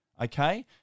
okay